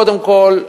קודם כול,